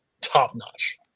top-notch